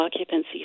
occupancy